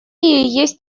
есть